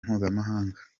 mpuzamahanga